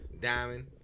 Diamond